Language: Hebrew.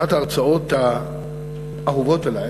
אחת ההרצאות האהובות עלי,